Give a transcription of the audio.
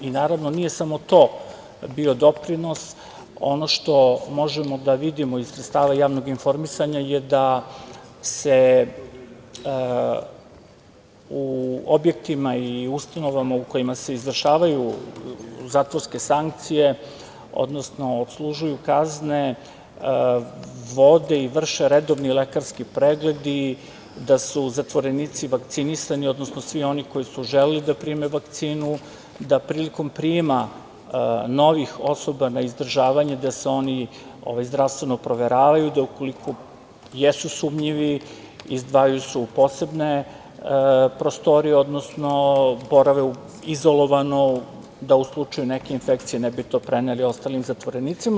Naravno, nije samo to bio doprinos, ono što možemo da vidimo iz sredstava javnog informisanja, je da se u objektima i ustanovama u kojima se izvršavaju zatvorske sankcije, odnosno, odslužuju kazne, vode i vrše redovni lekarski pregledi, da su zatvorenici vakcinisani, odnosno, svi oni koji su želeli da prime vakcinu, da prilikom prijema novih osoba na izdržavanje, oni se zdravstveno proveravaju, ukoliko jesu sumnjivi, izdvajaju se u posebne prostorije, odnosno, borave izolovano, da u slučaju neke infekcije ne bi to preneli ostalim zatvorenicima.